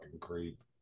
creep